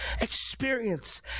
experience